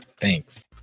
thanks